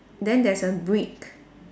then there's a brick